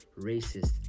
racist